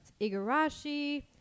Igarashi